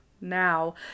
now